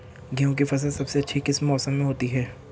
गेंहू की फसल सबसे अच्छी किस मौसम में होती है?